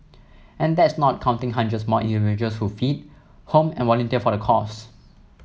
and that's not counting hundreds more individuals who feed home and volunteer for the cause